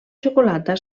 xocolata